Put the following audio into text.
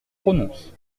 prononce